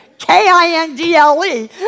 K-I-N-D-L-E